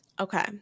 Okay